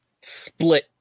split